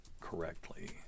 correctly